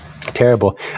Terrible